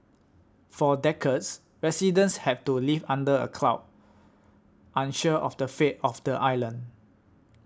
for decades residents had to live under a cloud unsure of the fate of the island